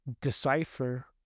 decipher